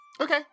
Okay